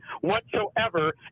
whatsoever